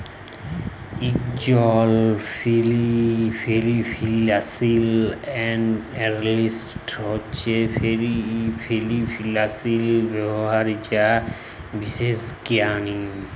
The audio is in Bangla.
ইকজল ফিল্যালসিয়াল এল্যালিস্ট হছে ফিল্যালসিয়াল ব্যাপারে যে বিশেষজ্ঞ